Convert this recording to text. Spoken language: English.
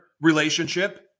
relationship